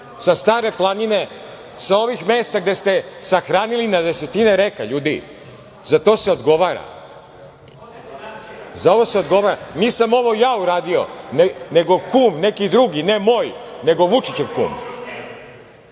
sa Stare planine, sa ovih mesta gde ste sahranili na desetine reka. Ljudi, za to se odgovara. Nisam ovo ja uradio, nego kumi, neki drugi, ne moj, nego Vučićev kum.